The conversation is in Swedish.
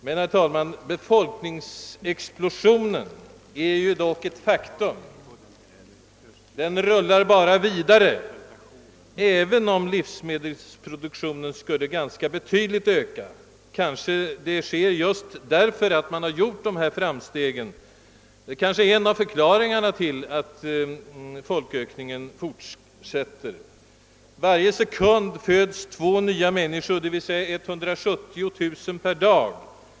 Men, herr talman, befolkningsexplo sionen är dock ett faktum. Den rullar bara vidare, även om livsmedelsproduktionen skulle öka ganska betydligt. Detta kanske sker bl.a. just därför att man har gjort dessa framsteg, de är kanhända en av förklaringarna till att folkökningen fortsätter. Varje sekund föds två nya människor, d. v. s. 170 000 per dag.